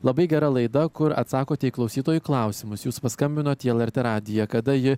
labai gera laida kur atsakote į klausytojų klausimus jūs paskambinot į lrt radiją kada ji